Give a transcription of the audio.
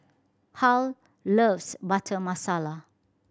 Harl loves Butter Masala